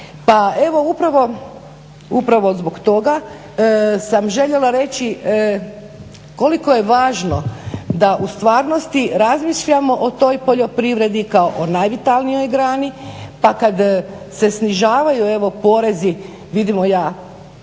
Pa evo upravo zbog toga sam željela reći koliko je važno da u stvarnosti razmišljamo o toj poljoprivredi kao o najvitalnijoj grani pa kad se snižavaju evo porezi vidimo, ja